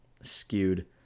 skewed